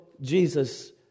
Jesus